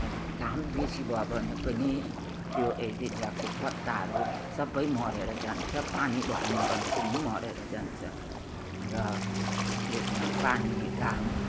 घाम बेसी भयो भने पनि त्यो इजेलियाको पत्ताहरू सबै मरेर जान्छ पानी भएन भने पनि मरेर जान्छ र त्यसमा पानी घाम